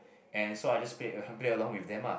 and so I just played played along with them ah